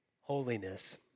holiness